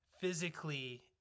physically